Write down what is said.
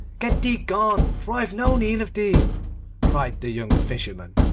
get thee gone, for i have no need of thee cried the young fisherman,